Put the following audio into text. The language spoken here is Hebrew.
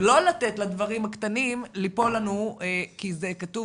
ולא לתת לדברים הקטנים ליפול לנו כי זה כתוב